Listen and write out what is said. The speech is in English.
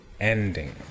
ending